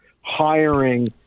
hiring